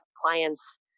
clients